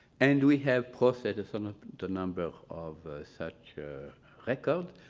and we have processed sort of the number of such records.